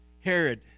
Herod